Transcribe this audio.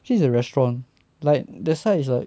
actually it's a restaurant like that's why is like